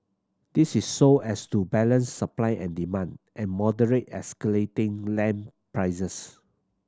this is so as to balance supply and demand and moderate escalating land prices